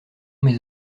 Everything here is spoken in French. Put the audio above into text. mes